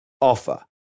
offer